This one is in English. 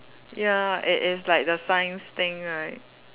ya it is like the science thing right